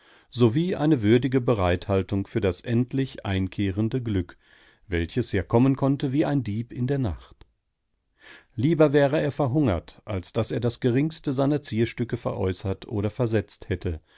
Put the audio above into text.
sowie eine würdige bereithaltung für das endlich einkehrende glück welches ja kommen konnte wie ein dieb in der nacht lieber wäre er verhungert als daß er das geringste seiner zierstücke veräußert oder versetzt hätte